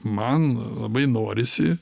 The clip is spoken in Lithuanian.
man labai norisi